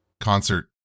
concert